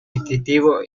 competitivo